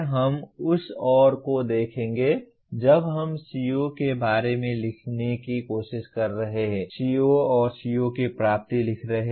हम उस और को देखेंगे जब हम CO के बारे में लिखने की कोशिश कर रहे हैं CO और CO की प्राप्ति लिख रहे हैं